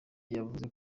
yavuze